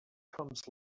comes